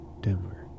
Denver